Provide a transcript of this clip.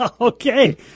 Okay